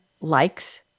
likes